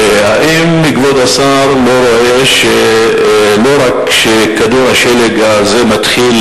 האם כבוד השר לא רואה שלא רק שכדור השלג הזה מתחיל